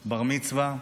בר-מצווה.